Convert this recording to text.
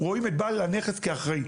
רואים את בעל הנכס כאחראי.